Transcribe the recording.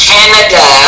Canada